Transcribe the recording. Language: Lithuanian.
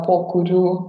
po kurių